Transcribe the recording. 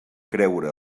creure